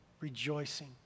rejoicing